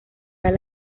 han